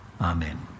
amen